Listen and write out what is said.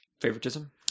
favoritism